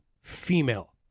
female